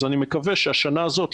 אז אני מקווה שהשנה הזאת,